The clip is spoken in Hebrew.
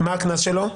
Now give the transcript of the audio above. מה הקנס עליו?